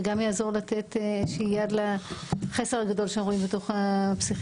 וגם יעזור לתת איזושהי יד לחוסר הגדול שאנחנו רואים בתוך הפסיכיאטריה.